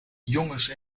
jongens